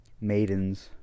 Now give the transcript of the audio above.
maidens